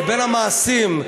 לבין המעשים,